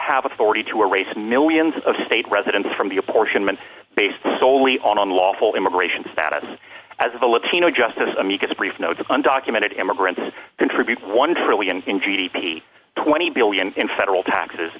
have authority to erase millions of state residents from the apportionment based soley on unlawful immigration status as the latino justice amicus brief notes of undocumented immigrants contribute one trillion in g d p twenty billion in federal taxes